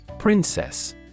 Princess